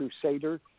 crusader